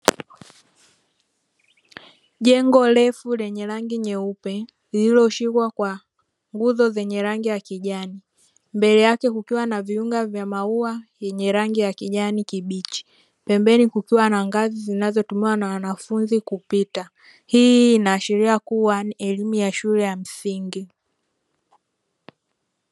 Jengo refu lenye rangi nyeupe, lililoshikwa kwa nguzo zenye rangi ya kijani, mbele yake kukiwa na viunga vya maua vyenye rangi ya kijani kibichi, pembeni kukiwa na ngazi zinazotumiwa na wanafunzi kupita, hii inaashiria kuwa ni elimu ya shule ya msingi.